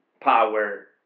power